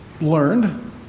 learned